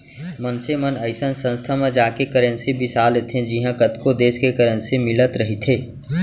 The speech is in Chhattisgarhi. मनसे मन अइसन संस्था म जाके करेंसी बिसा लेथे जिहॉं कतको देस के करेंसी मिलत रहिथे